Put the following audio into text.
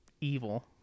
evil